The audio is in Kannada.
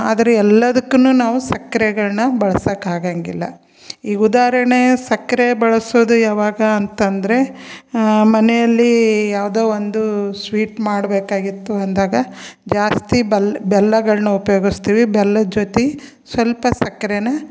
ಆದರೆ ಎಲ್ಲದಕ್ಕೂನು ನಾವು ಸಕ್ಕರೆಗಳ್ನ ಬಳ್ಸಕ್ಕೆ ಆಗಂಗಿಲ್ಲ ಈ ಉದಾಹರಣೆ ಸಕ್ಕರೆ ಬಳಸೋದು ಯಾವಾಗ ಅಂತಂದರೆ ಮನೆಯಲ್ಲಿ ಯಾವುದೋ ಒಂದು ಸ್ವೀಟ್ ಮಾಡಬೇಕಾಗಿತ್ತು ಅಂದಾಗ ಜಾಸ್ತಿ ಬಲ್ ಬೆಲ್ಲಗಳನ್ನ ಉಪಯೋಗಿಸ್ತೀವಿ ಬೆಲ್ಲದ ಜೊತೆ ಸ್ವಲ್ಪ ಸಕ್ಕರೆನ